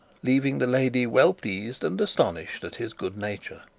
leaving the lady well-pleased and astonished at his good nature.